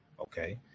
Okay